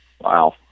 Wow